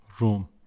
room